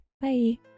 Bye